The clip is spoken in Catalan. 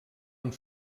amb